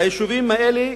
היישובים האלה,